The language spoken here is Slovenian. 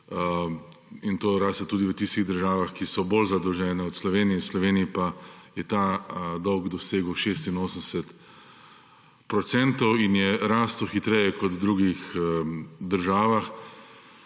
in to raste tudi v tistih državah, ki so bolj zadolžena od Slovenije, v Sloveniji pa je ta dolg dosegel 86 procentov in je rastel hitreje kot v drugih državah.